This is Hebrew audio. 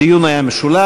הדיון היה משולב.